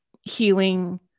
healing